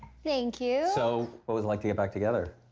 thank you. so, what was it like to get back together?